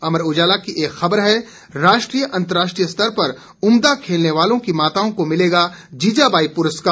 अमर उजाला की एक खबर है राष्ट्रीय अंतर्राष्ट्रीय स्तर पर उम्दा खेलने वालों की माताओं को मिलेगा जीजाबाई पुरस्कार